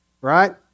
right